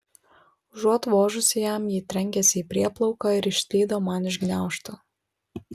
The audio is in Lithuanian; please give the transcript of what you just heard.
užuot vožusi jam ji trenkėsi į prieplauką ir išslydo man iš gniaužtų